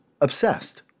obsessed